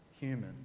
human